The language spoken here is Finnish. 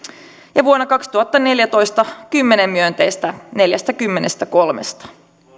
ja vuonna kaksituhattaneljätoista kymmenen myönteistä neljästäkymmenestäkolmesta